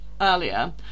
earlier